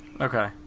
Okay